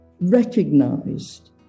recognized